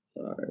Sorry